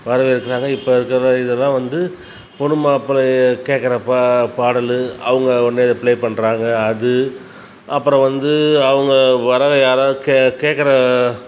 வரவேற்கிறாங்க இப்போ இதெல்லாம் இதெல்லாம் வந்து பொண்ணு மாப்பிளைய கேக்கிறப்ப பாடல் அவங்க உடனே இதை ப்ளே பண்ணுறாங்க அது அப்புறம் வந்து அவங்க வரவை யாராக் கேக்கிற